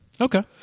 Okay